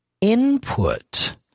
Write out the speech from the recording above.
input